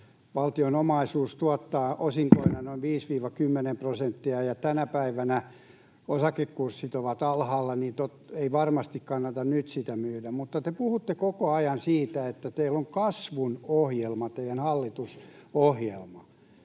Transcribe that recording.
valtion omaisuus tuottaa osinkoina noin 5—10 prosenttia, ja kun tänä päivänä osakekurssit ovat alhaalla, niin ei varmasti kannata nyt sitä myydä. Te puhutte koko ajan siitä, että teillä on kasvun ohjelma, teidän hallitusohjelma.